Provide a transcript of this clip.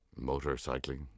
motorcycling